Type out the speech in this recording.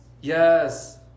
yes